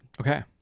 Okay